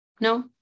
No